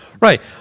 Right